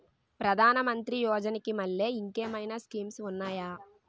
ప్రధాన మంత్రి యోజన కి మల్లె ఇంకేమైనా స్కీమ్స్ ఉన్నాయా?